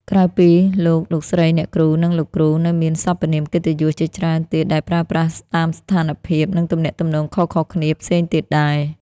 ក្រៅពី លោក លោកស្រី អ្នកគ្រូ និង លោកគ្រូ នៅមានសព្វនាមកិត្តិយសជាច្រើនទៀតដែលប្រើប្រាស់តាមស្ថានភាព និងទំនាក់ទំនងខុសៗគ្នាផ្សេងទៀតដែរ។